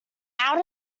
out